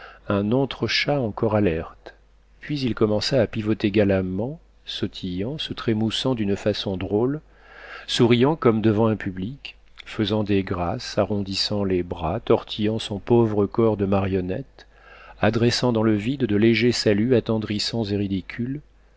un entrechat encore alerte puis il commença à pivoter galamment sautillant se trémoussant d'une façon drôle souriant comme devant un public faisant des grâces arrondissant les bras tortillant son pauvre corps de marionnette adressant dans le vide de légers saluts attendrissants